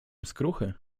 skruchy